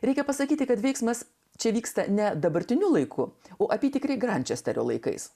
reikia pasakyti kad veiksmas čia vyksta ne dabartiniu laiku o apytikriai grančesterio laikais